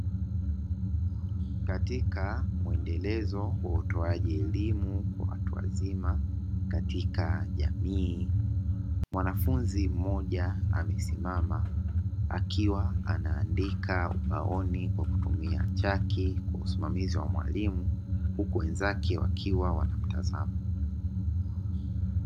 Katika mwendelezo wa utoaji elimu kwa watu wazima katika jamii ,mwanafunzi mmoja amesimama akiwa anaandika ubaoni kwa kutumia chaki kwa usimamizi wa mwalimu huku wenzake wakiwa wanamtazama.